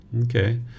Okay